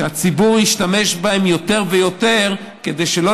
שהציבור ישתמש בהן יותר ויותר כדי שלא